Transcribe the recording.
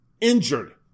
injured